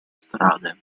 strade